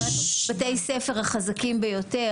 זאת אומרת בתי ספר החזקים ביותר,